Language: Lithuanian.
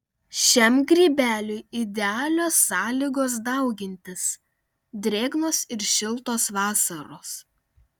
šiam grybeliui idealios sąlygos daugintis drėgnos ir šiltos vasaros